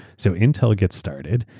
so intel gets started.